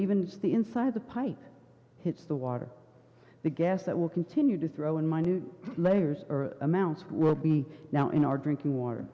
even the inside the pipe hits the water the gas that will continue to throw in minute layers amounts will be now in our drinking water